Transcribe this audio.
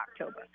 october